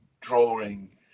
drawing